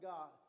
God